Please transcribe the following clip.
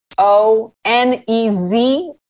O-N-E-Z